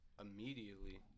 immediately